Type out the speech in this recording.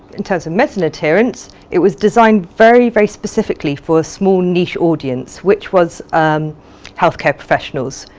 in terms of medicines adherence it was designed very very specifically for a small niche audience which was healthcare professionals,